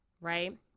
right